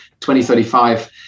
2035